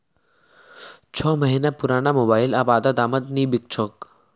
छो महीना पुराना मोबाइल अब आधा दामत नी बिक छोक